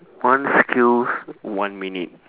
one skills one minute